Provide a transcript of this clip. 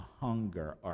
hunger